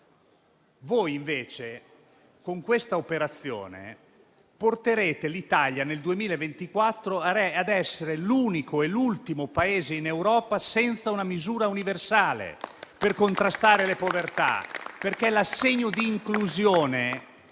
Voi, invece, con questa operazione nel 2024 porterete l'Italia a essere l'unico e l'ultimo Paese in Europa senza una misura universale per contrastare le povertà, perché l'assegno di inclusione